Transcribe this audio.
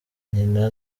nyina